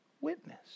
witness